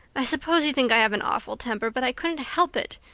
i suppose you think i have an awful temper, but i couldn't help it.